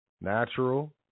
Natural